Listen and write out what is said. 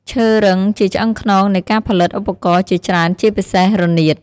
ឈើរឹង ជាឆ្អឹងខ្នងនៃការផលិតឧបករណ៍ជាច្រើន ជាពិសេសរនាត។